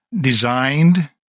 designed